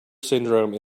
syndrome